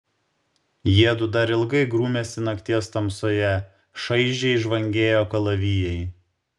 jiedu dar ilgai grūmėsi nakties tamsoje šaižiai žvangėjo kalavijai